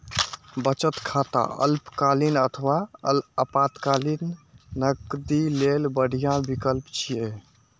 बचत खाता अल्पकालीन अथवा आपातकालीन नकदी लेल बढ़िया विकल्प छियै